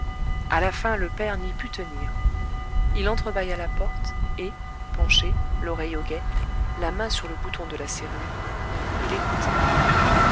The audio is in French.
à la fin le père n'y put tenir il entrebâilla la porte et penché l'oreille au guet la main sur le bouton de la serrure il écoutait